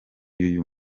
y’uyu